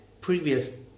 previous